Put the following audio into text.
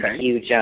huge